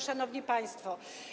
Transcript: Szanowni Państwo!